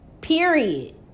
period